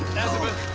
azabeth,